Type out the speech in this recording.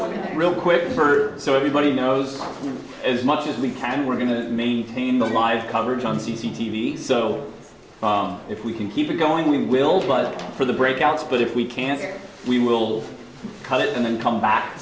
with real quick her so everybody knows as much as we can we're going to maintain the live coverage on c c t v so if we can keep it going we will fight for the breakouts but if we can't we will cut it and then come back